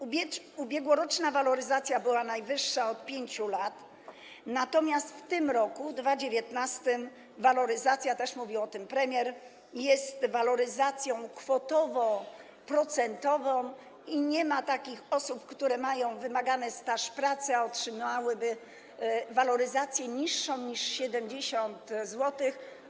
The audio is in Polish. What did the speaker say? Ubiegłoroczna waloryzacja była najwyższa od 5 lat, natomiast w 2019 r. waloryzacja - mówi o tym premier - jest waloryzacją kwotowo--procentową i nie ma takich osób, które mają wymagany staż pracy, a otrzymałyby waloryzację niższą niż 70 zł.